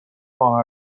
ماه